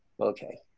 Okay